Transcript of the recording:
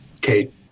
Kate